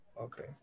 Okay